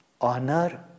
honor